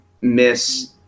miss